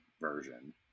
version